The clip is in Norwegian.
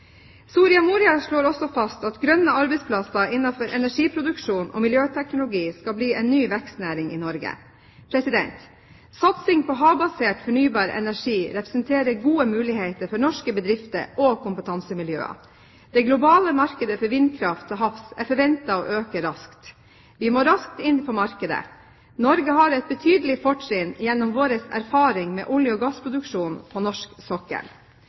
Soria Moria slår også fast at grønne arbeidsplasser innenfor energiproduksjon og miljøteknologi skal bli en ny vekstnæring i Norge. Satsing på havbasert fornybar energi representerer gode muligheter for norske bedrifter og kompetansemiljøer. Det globale markedet for vindkraft til havs er forventet å øke raskt. Vi må raskt inn på markedet. Norge har et betydelig fortrinn gjennom vår erfaring med olje- og gassproduksjon på norsk sokkel.